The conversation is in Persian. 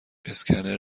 اسکنر